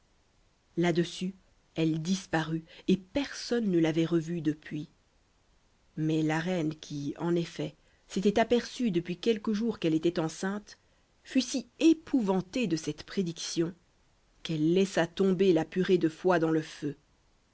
là-dessus elle disparut et personne ne l'avait revue depuis mais la reine qui en effet s'était aperçue depuis quelques jours qu'elle était enceinte fut si épouvantée de cette prédiction qu'elle laissa tomber la purée de foie dans le feu